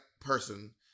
person